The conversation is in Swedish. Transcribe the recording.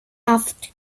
haft